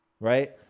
Right